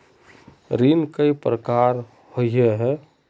ऋण कई प्रकार होए है?